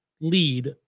lead